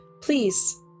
Please